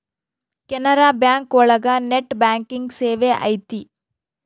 Canara bank ಒಳಗ net banking ಸೇವೆ ಐತಿ